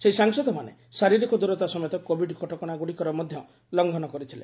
ସେହି ସାଂସଦମାନେ ଶାରୀରିକ ଦ୍ୱରତା ସମେତ କୋବିଡ କଟକଣାଗ୍ରଡ଼ିକର ମଧ୍ୟ ଲଂଘନ କରିଥିଲେ